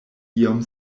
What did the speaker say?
iom